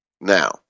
now